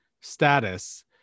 status